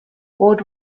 ward